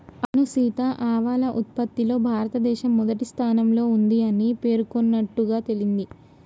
అవును సీత ఆవాల ఉత్పత్తిలో భారతదేశం మొదటి స్థానంలో ఉంది అని పేర్కొన్నట్లుగా తెలింది